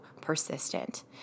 persistent